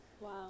Wow